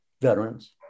veterans